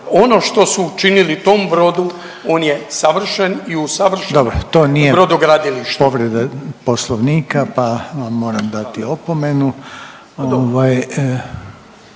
Ono što su učinili tom brodu, on je savršen i u savršenom brodogradilištu. **Reiner, Željko (HDZ)** Dobro, to nije povreda Poslovnika pa vam moram dati opomenu.